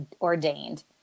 ordained